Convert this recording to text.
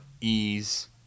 ease